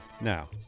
now